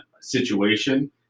situation